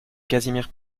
casimir